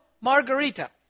Margarita